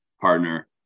partner